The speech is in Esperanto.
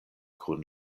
kun